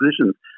positions